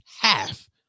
half